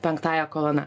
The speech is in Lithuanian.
penktąja kolona